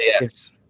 yes